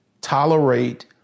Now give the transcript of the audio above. tolerate